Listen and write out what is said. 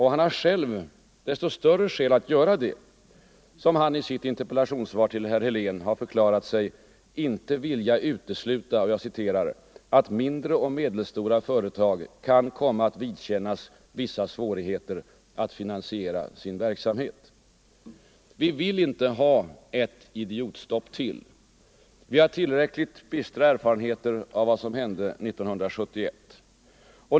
Han har själv desto större skäl att göra det som han i sitt interpellationssvar till herr Helén har förklarat sig inte vilja utesluta ”att mindre och medelstora företag kan komma att vidkännas vissa svårigheter att finansiera verksamheten”. Vi vill inte ha ett idiotstopp till. Vi har tillräckligt bistra erfarenheter av vad som hände 1971.